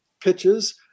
pitches